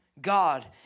God